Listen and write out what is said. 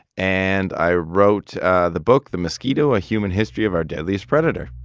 and i wrote the book, the mosquito a human history of our deadliest predator.